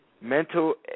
Mental